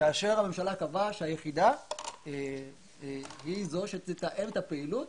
כאשר הממשלה קבעה שהיחידה היא זו שתתאם את הפעילות